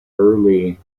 early